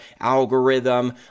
algorithm